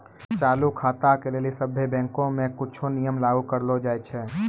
चालू खाता के लेली सभ्भे बैंको मे कुछो नियम लागू करलो जाय छै